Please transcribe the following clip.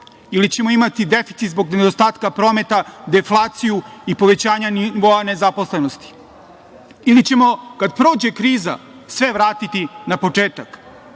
ili ćemo imati deficit zbog nedostatka prometa, deflaciju i povećanje nivoa nezaposlenosti? Ili ćemo kada prođe kriza sve vratiti na početak?